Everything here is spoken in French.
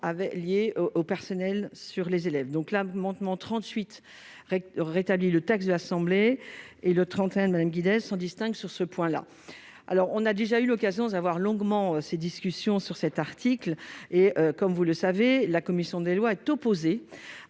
lié au personnel sur les élèves, donc l'amendement 38 rétabli le texte de l'Assemblée et le 31 dans une Guiness, on distingue sur ce point-là, alors on a déjà eu l'occasion d'avoir longuement ces discussions sur cet article, et comme vous le savez, la commission des lois, est opposé